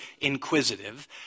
inquisitive